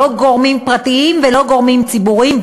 לא גורמים פרטיים ולא גורמים ציבוריים,